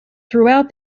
throughout